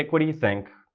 like what do you think?